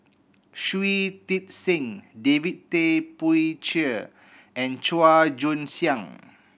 Shui Tit Sing David Tay Poey Cher and Chua Joon Siang